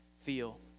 feel